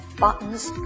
buttons